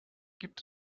gibt